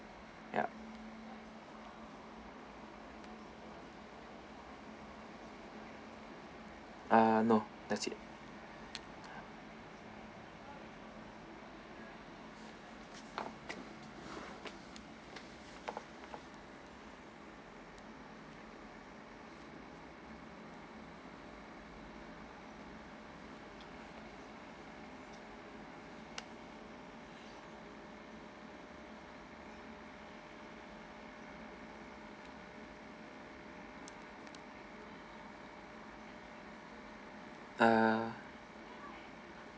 yup ah no that's it ah